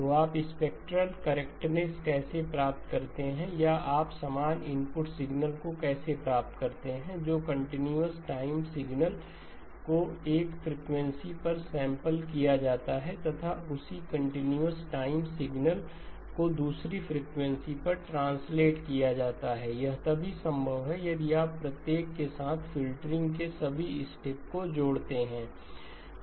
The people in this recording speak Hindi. तो आप स्पेक्ट्रल करेक्टनेस कैसे प्राप्त करते हैं या आप समान इनपुट सिग्नल को कैसे प्राप्त करते हैं जो कंटीन्यूअस टाइम सिग्नल को एक फ्रीक्वेंसी पर सैंपल किया जाता है तथा उसी कंटीन्यूअस टाइम सिगनल को दूसरी फ्रीक्वेंसी पर ट्रांसलेट किया जाता है यह तभी संभव है यदि आप प्रत्येक के साथ फ़िल्टरिंग के सभी स्टेप को जोड़ते हैं